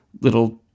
little